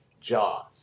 Jaws